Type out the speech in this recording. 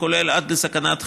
עד לסכנת חיים,